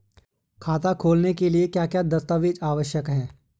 खाता खोलने के लिए क्या क्या दस्तावेज़ आवश्यक हैं?